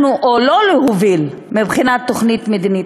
או לא להוביל מבחינה תוכנית מדינית.